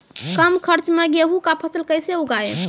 कम खर्च मे गेहूँ का फसल कैसे उगाएं?